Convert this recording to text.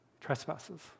trespasses